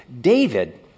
david